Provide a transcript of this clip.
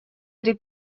три